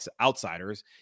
outsiders